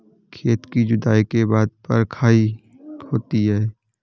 खेती की जुताई के बाद बख्राई होती हैं?